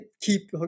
keep